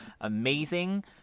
amazing